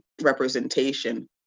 representation